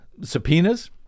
subpoenas